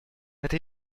это